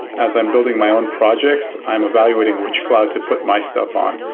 as i'm building my own projects, i am evaluating which cloud to put my stuff on.